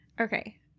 Okay